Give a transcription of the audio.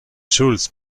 schulz